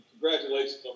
Congratulations